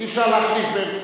אי-אפשר להחליף באמצע.